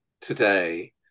today